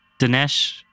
Dinesh